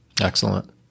Excellent